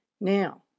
Now